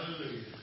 Hallelujah